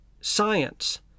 science